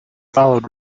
followed